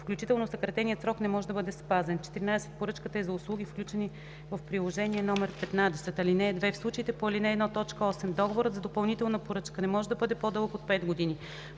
включително съкратеният срок, не може да бъде спазен; 14. поръчката е за услуги, включени в Приложение № 15. (2) В случаите по ал. 1, т. 8 договорът за допълнителна поръчка не може да бъде по-дълъг от 5 години.